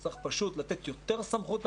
צריך פשוט לתת יותר סמכות למנהלים.